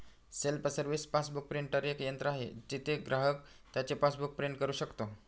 self service passbook printer एक यंत्र आहे जिथे ग्राहक त्याचे पासबुक प्रिंट करू शकतो